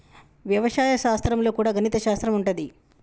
వ్యవసాయ శాస్త్రం లో కూడా గణిత శాస్త్రం ఉంటది